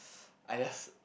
I just